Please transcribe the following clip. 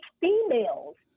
females